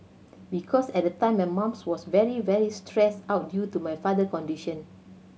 because at the time my mum was very very stressed out due to my father condition